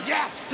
Yes